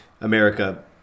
America